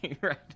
right